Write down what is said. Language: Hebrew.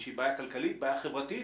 שהיא בעיה כלכלית ובעיה חברתית,